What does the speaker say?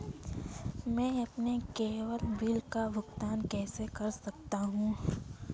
मैं अपने cable bill का भुगतान कैसे कर सकता हूँ?